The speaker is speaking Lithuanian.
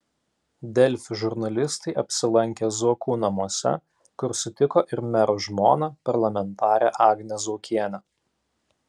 delfi žurnalistai apsilankė zuokų namuose kur sutiko ir mero žmoną parlamentarę agnę zuokienę